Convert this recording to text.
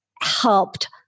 helped